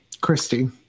Christy